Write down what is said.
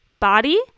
body